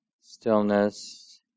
stillness